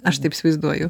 aš taip įsivaizduoju